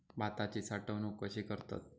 भाताची साठवूनक कशी करतत?